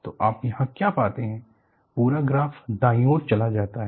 तो आप यहां क्या पाते हैं पूरा ग्राफ दाईं ओर चला जाता है